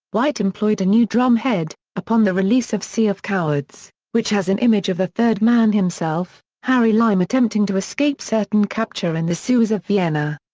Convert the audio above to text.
white employed a new drum head, upon the release of sea of cowards, which has an image of the third man himself harry lime attempting to escape certain capture in the sewers of vienna.